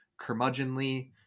curmudgeonly